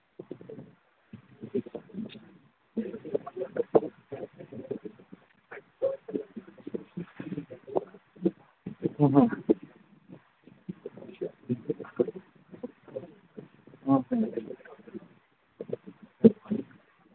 ꯎꯝ ꯎꯝ